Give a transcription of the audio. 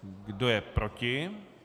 Kdo je proti?